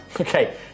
Okay